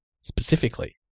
specifically